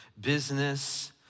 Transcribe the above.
business